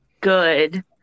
good